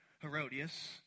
Herodias